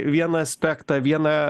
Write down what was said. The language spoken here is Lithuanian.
vieną aspektą vieną